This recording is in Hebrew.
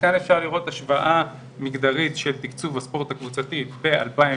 כאן אפשר לראות השוואה מגדרית של תיקצוב הספורט הקבוצתי ב-2019,